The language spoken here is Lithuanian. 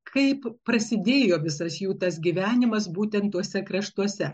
kaip prasidėjo visas jų tas gyvenimas būtent tuose kraštuose